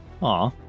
Aw